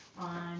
on